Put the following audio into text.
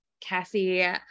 Cassie